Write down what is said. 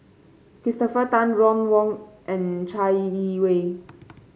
Christopher Tan Ron Wong and Chai Yee Wei